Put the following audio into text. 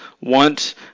want